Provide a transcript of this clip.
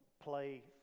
play